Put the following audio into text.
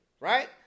Right